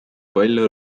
palju